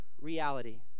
reality